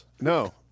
no